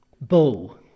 bow